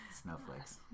Snowflakes